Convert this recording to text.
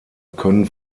können